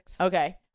okay